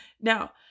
Now